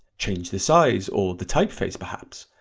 change the size or the typeface perhaps?